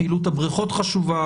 פעילות הבריכות חשובה,